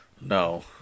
No